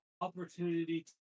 opportunity